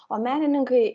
o menininkai